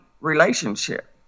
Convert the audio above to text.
relationship